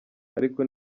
ariko